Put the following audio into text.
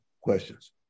questions